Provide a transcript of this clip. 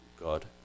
God